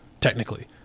technically